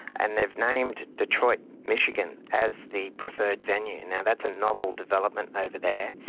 and they've named detroit michigan as the preferred venue. you know that's a novel development over there.